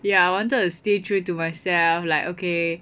ya I wanted to stay true to myself like okay